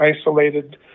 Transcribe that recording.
isolated